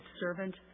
servant